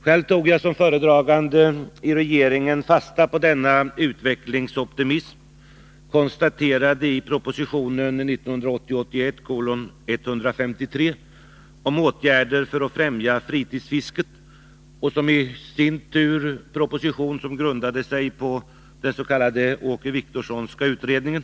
Själv tog jag som föredragande i regeringen fasta på denna utvecklingsoptimism i proposition 1980/81:153 om åtgärder för att främja fritidsfisket, vilken proposition grundade sig på den s.k. Åke Wictorssonska utredningen.